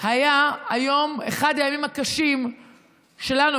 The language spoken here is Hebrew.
היה אחד הימים הקשים שלנו.